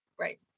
Right